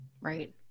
Right